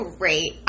Great